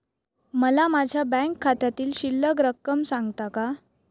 मला माझ्या बँक खात्यातील शिल्लक रक्कम सांगता का?